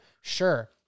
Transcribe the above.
Sure